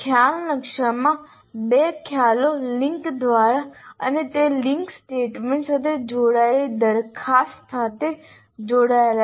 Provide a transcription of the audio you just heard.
ખ્યાલ નકશામાં બે ખ્યાલો લિંક દ્વારા અને તે લિંક સ્ટેટમેન્ટ સાથે જોડાયેલી દરખાસ્ત સાથે જોડાયેલા છે